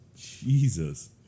Jesus